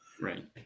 Right